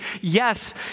Yes